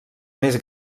més